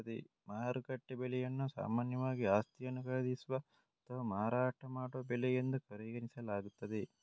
ಮಾರುಕಟ್ಟೆ ಬೆಲೆಯನ್ನು ಸಾಮಾನ್ಯವಾಗಿ ಆಸ್ತಿಯನ್ನು ಖರೀದಿಸುವ ಅಥವಾ ಮಾರಾಟ ಮಾಡುವ ಬೆಲೆ ಎಂದು ಪರಿಗಣಿಸಲಾಗುತ್ತದೆ